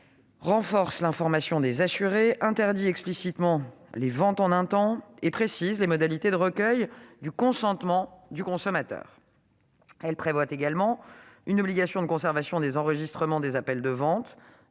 renforce l'information des assurés, interdit explicitement les « ventes en un temps » et précise les modalités de recueil du consentement du consommateur. Elle prévoit également une obligation de conservation des enregistrements des appels de vente